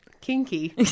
Kinky